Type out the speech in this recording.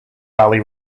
valley